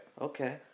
Okay